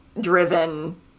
driven